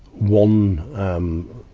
one, um,